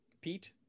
Pete